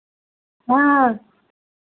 हाँ